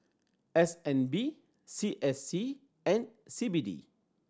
S N B C S C and C B D